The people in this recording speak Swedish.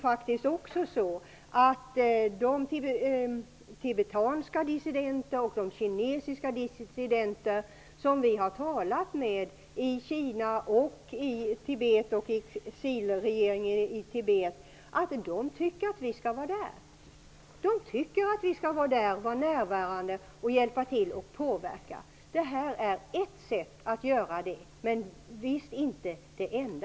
De tibetanska och kinesiska dissidenter som vi har talat med i Kina, i Tibet och i exilregeringen tycker att vi skall vara där, vara närvarande, hjälpa till och påverka. Det här är ett sätt att göra det, men visst inte det enda.